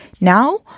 Now